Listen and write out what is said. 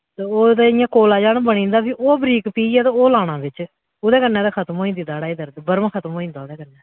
ते ओह् ते इ'यां कोला जन बनी जंदा ते फ्ही ओह् बरीक पीह्यै ते ओह् लाना बिच उदे कन्नै ते खत्म होई जंदी दाढै दी दर्द बर्म खत्म होई जंदा उ'दे कन्नै